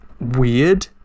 weird